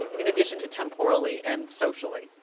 in addition to temporally and socially.